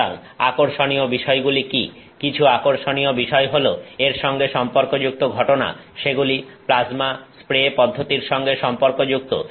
সুতরাং আকর্ষণীয় বিষয়গুলি কি কিছু আকর্ষণীয় বিষয় হলো এর সঙ্গে সম্পর্কযুক্ত ঘটনা সেগুলি প্লাজমা স্প্রে পদ্ধতির সঙ্গে সম্পর্কযুক্ত